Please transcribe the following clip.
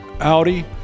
Audi